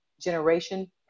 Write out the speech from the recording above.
Generation